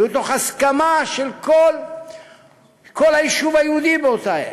היו בהסכמה של כל היישוב היהודי באותה עת.